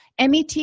MET